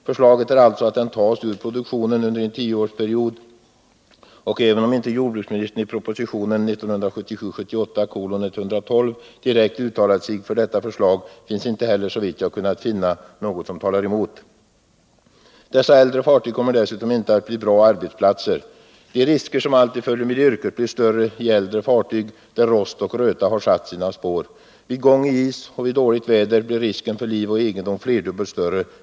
Förslaget är alltså att den tas ur produktionen under en tioårsperiod, och även om inte jordbruksministern i propositionen 1977/78:112 direkt uttalade sig för detta förslag, finns inte heller, såvitt jag har kunnat finna, något som talar emot. Dessa äldre fartyg kommer dessutom inte att bli bra arbetsplatser. De risker som alltid följer med yrket blir större i äldre fartyg där rost och röta satt sina spår. Vid gång i is och vid dåligt väder blir risken för liv och egendom flerdubbelt större.